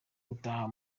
gutaha